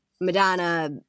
Madonna